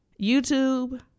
YouTube